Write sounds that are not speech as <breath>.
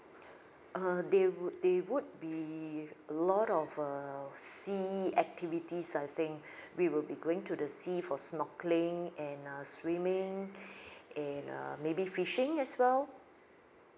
uh they would they would be a lot of err sea activities I think <breath> we will be going to the sea for snorkeling and uh swimming <breath> and uh maybe fishing as well